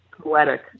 poetic